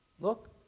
Look